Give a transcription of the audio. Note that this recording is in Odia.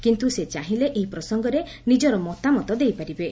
କିନ୍ତୁ ସେ ଚାହିଲେ ଏହି ପ୍ରସଙ୍ଗରେ ନିଜର ମତାମତ ଦେଇପାରିବେ